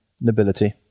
nobility